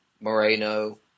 Moreno